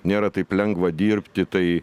nėra taip lengva dirbti tai